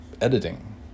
editing